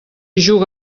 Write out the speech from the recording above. juga